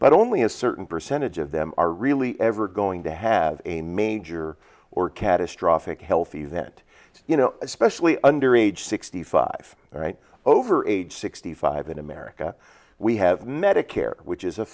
but only a certain percentage of them are really ever going to have a major or catastrophic health event you know especially under age sixty five right over age sixty five in america we have medicare which is a